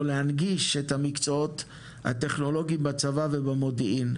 להנגיש את המקצועות הטכנולוגיים בצבא ובמודיעין,